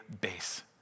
base